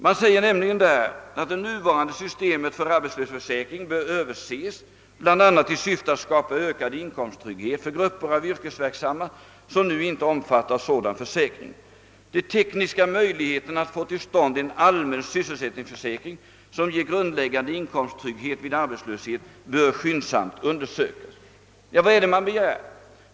Det heter där bl.a. att det nuvarande systemet för arbetslöshetsförsäkringen bör överses bl.a. i syfte att skapa ökad inkomsttrygghet för grupper av yrkesverksamma som nu inte omfattas av sådan försäkring. De tekniska möjligheterna att få till stånd en allmän sysselsättningsförsäkring som ger grundläggande inkomsttrygghet vid arbetslöshet bör skyndsamt undersökas. Ja, vad är det man begär?